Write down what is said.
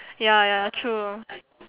ya ya true